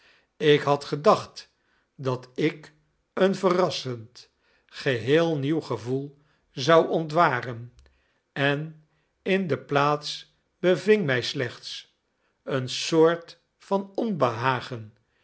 ik had gedacht dat ik een verrassend geheel nieuw gevoel zou ontwaren en in de plaats beving mij slechts een soort van onbehagen